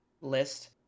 list